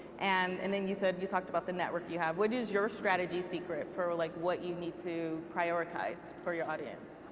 and and then you said, you talked about the network you have. what is your strategy secret for like what you need to prioritize for your audience?